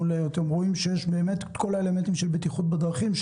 שיש את כל האלמנטים של בטיחות בדרכים.